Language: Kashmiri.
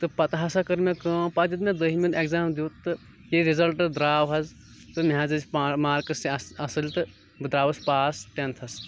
تہٕ پَتہٕ ہسا کٔر مےٚ کٲم پَتہٕ دیُت مےٚ دٔہمہِ ہُنٛد اٮ۪کزام دیُت تہٕ یہِ رِزلٹ درٛاو حظ تہٕ مےٚ حظ ٲسۍ مارکٕس تہِ اَصٕل تہٕ بہٕ دراوُس پاس ٹینٛتھس